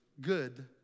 good